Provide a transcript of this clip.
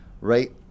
right